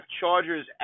Chargers